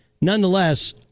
Nonetheless